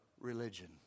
religion